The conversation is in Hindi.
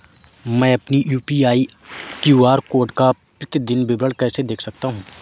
मैं अपनी यू.पी.आई क्यू.आर कोड का प्रतीदीन विवरण कैसे देख सकता हूँ?